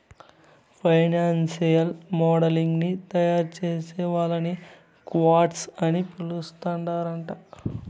financial modelling ని తయారుచేసే వాళ్ళని క్వాంట్స్ అని పిలుత్తరాంట